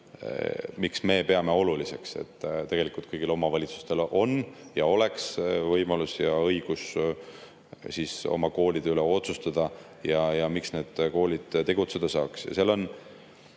miks me peame oluliseks, et tegelikult kõigil omavalitsustel oleks võimalus ja õigus oma koolide üle otsustada, et need koolid tegutseda saaks.